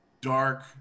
dark